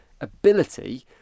ability